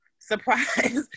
Surprise